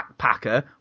backpacker